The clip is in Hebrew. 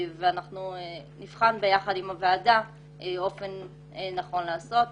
אנחנו נבחן ביחד עם הוועדה אופן נכון לעשות זאת.